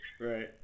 Right